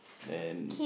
and